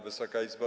Wysoka Izbo!